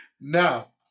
Now